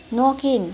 नकिन्